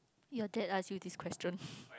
your dad asked you this question